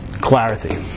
clarity